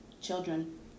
children